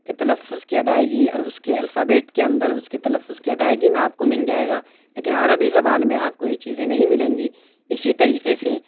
کے تلفظ کی ادائیگی اوار اس کے الفابیٹ کے اندر اس کے تفظ کی ادائیگی میں آپ کو مل جائے گا لیکن عربی زبان میں آپ کو یہ چیزیں نہیں ملیں گی اسی طریقے سے